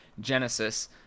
Genesis